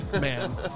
man